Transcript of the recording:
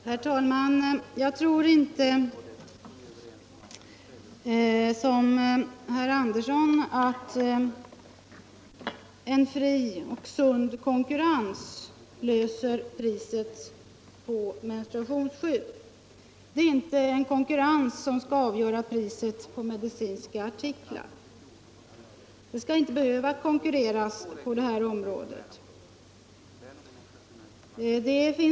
Herr talman! Jag tror inte, herr Andersson i Örebro, att en fri och sund konkurrens löser problemen med priserna på menstruationsskydd. Det är inte konkurrensen som skall bestämma priset på medicinska artiklar. Det skall inte behövas någon konkurrens på det området.